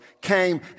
came